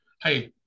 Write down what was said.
hey